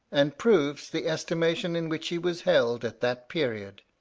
and proves the estimation in which he was held at that period.